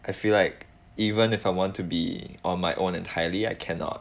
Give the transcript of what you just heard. I feel like even if I want to be on my own entirely I cannot